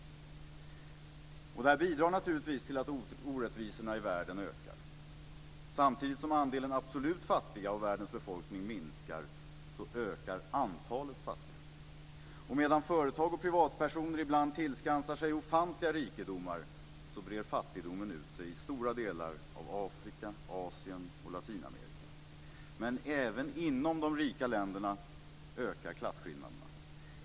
Detta bidrar naturligtvis till att orättvisorna i världen ökar. Samtidigt som andelen absolut fattiga av världens befolkning minskar ökar antalet fattiga. Medan företag och privatpersoner ibland tillskansar sig ofantliga rikedomar breder fattigdomen ut sig i stora delar av Afrika, Asien och Latinamerika. Men även inom de rika länderna ökar klasskillnaderna.